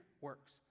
works